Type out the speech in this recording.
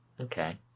Okay